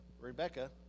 Rebecca